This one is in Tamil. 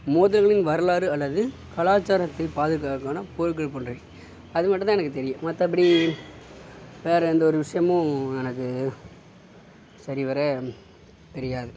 மோதல் வரலாறு அல்லது கலாச்சாரத்தை பாதுகாக்கணும் போன்றவை அது மட்டும்தான் எனக்கு தெரியும் மற்றபடி வேறு எந்த ஒரு விஷயமும் எனக்கு சரிவர தெரியாது